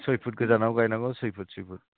सय फुट गोजानाव गायनांगौ सय फुट सय फुट